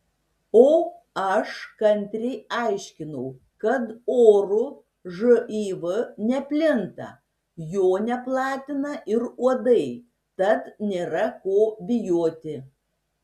o aš kantriai aiškinau kad oru živ neplinta jo neplatina ir uodai tad nėra ko bijoti